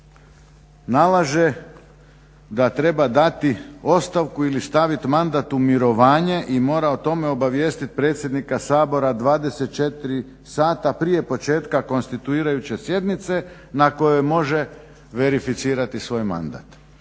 nalaže da treba dati ostavku ili staviti mandat u mirovanje i mora o tome obavijestiti predsjednika Sabora 24 sata prije početka konstituirajuće sjednice na kojoj može verificirati svoj mandat.